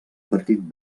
partit